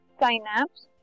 synapse